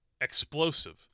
explosive